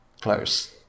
close